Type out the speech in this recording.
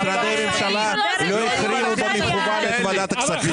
משרדי ממשלה לא החרימו במכוון את ועדת הכספים.